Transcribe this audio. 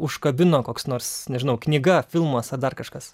užkabino koks nors nežinau knyga filmas ar dar kažkas